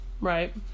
Right